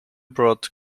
brought